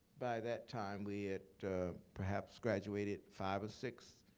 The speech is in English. by that time, we had perhaps graduated five or six